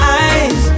eyes